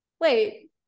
wait